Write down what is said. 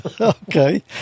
Okay